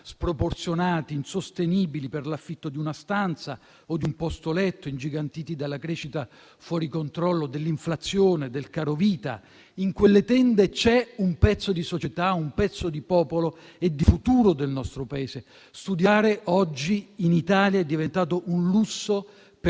sproporzionati e insostenibili, per l'affitto di una stanza o di un posto letto, ingigantiti dalla crescita fuori controllo dell'inflazione, del caro vita. In quelle tende c'è un pezzo di società, un pezzo di popolo e di futuro del nostro Paese. Studiare oggi in Italia è diventato un lusso per